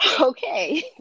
okay